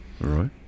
right